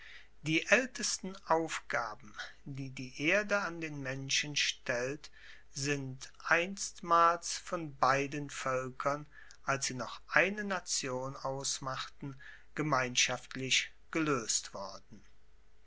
die aeltesten aufgaben die die erde an den menschen stellt sind einstmals von beiden voelkern als sie noch eine nation ausmachten gemeinschaftlich geloest worden